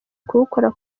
kuwukora